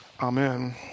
Amen